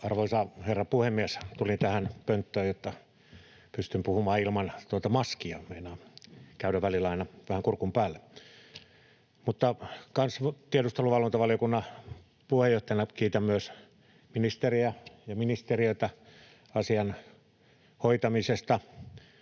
Arvoisa herra puhemies! Tulin tähän pönttöön, jotta pystyn puhumaan ilman tuota maskia — meinaa käydä aina välillä vähän kurkun päälle. Tiedusteluvalvontavaliokunnan puheenjohtajana kiitän myös ministeriä ja ministeriötä asian hoitamisesta.